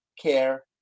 care